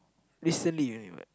recently only what